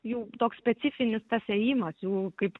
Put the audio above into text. jau toks specifinis tas ėjimas jau kaip